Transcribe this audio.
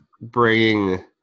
bringing